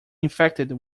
infected